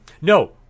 No